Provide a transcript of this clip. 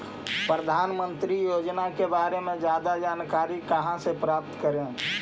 प्रधानमंत्री योजना के बारे में जादा जानकारी कहा से प्राप्त करे?